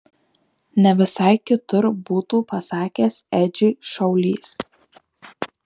ne visai kitur būtų pasakęs edžiui šaulys